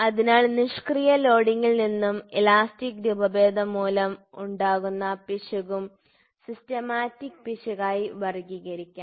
അതിനാൽ നിഷ്ക്രിയ ലോഡിംഗിൽ നിന്നും ഇലാസ്റ്റിക് രൂപഭേദം മൂലം ഉണ്ടാകുന്ന പിശകും സിസ്റ്റമാറ്റിക് പിശകായി വർഗ്ഗീകരിക്കാം